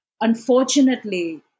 unfortunately